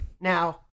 now